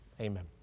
amen